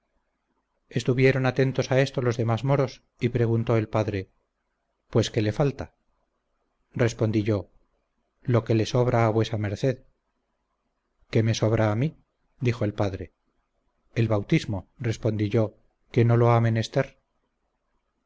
estuvieron atentos a esto los demás moros y preguntó el padre pues qué le falta respondí yo lo que sobra a vuesa merced qué me sobra a mí dijo el padre el bautismo respondí yo que no lo